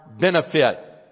benefit